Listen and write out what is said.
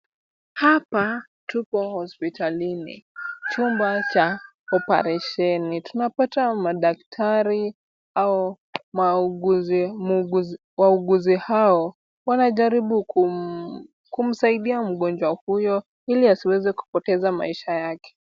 Hapa tuko hospitalini, chumba cha oparesheni. Tunapata madaktari au wauguzi hao wanajaribu kumsaidia mgonjwa huyo ili asiweze kupoteza maisha yake.